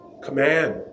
Command